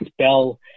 Spell